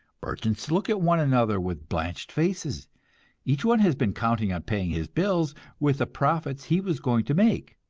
merchants look at one another with blanched faces each one has been counting on paying his bills with the profits he was going to make,